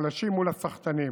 חלשים מול הסחטנים.